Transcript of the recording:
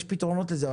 יש פתרונו לזה.